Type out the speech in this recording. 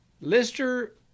Lister